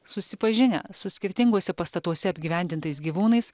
susipažinę su skirtinguose pastatuose apgyvendintais gyvūnais